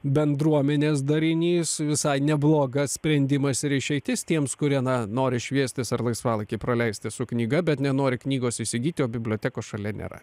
bendruomenės darinys visai neblogas sprendimas ir išeitis tiems kurie nori šviestis ar laisvalaikį praleisti su knyga bet nenori knygos įsigyti o bibliotekos šalia nėra